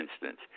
instance